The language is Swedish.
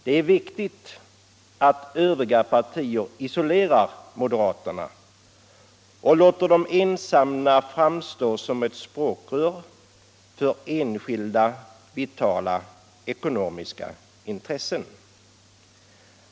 Det är viktigt att övriga partier isolerar moderaterna och låter dem ensamma framstå som ett språkrör för sådana enskilda ekonomiska intressen.